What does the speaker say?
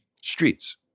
streets